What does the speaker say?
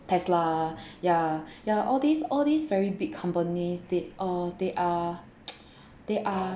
Tesla ya ya all these all these very big companies they uh they are they are